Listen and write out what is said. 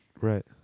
Right